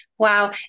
Wow